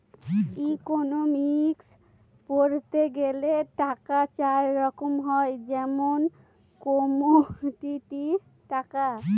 economics পড়তে গেলে টাকা চার রকম হয় যেমন কমোডিটি টাকা